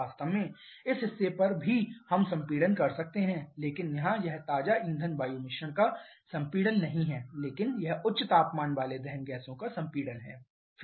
वास्तव में इस हिस्से पर भी हम संपीड़न कर सकते हैं लेकिन यहां यह ताजा ईंधन वायु मिश्रण का संपीड़न नहीं है लेकिन यह उच्च तापमान वाले दहन गैसों का संपीड़न है